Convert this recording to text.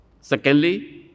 Secondly